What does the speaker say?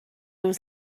was